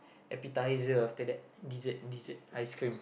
appetiser after that dessert dessert ice cream